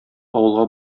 авылга